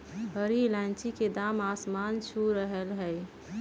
हरी इलायची के दाम आसमान छू रहलय हई